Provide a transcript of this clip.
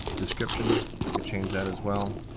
description, i could change that as well.